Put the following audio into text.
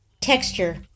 texture